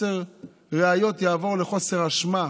שהתלונה שלו תועבר מחוסר ראיות לחוסר אשמה,